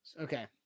Okay